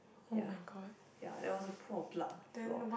yeah yeah there was a pool of blood on the floor